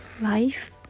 life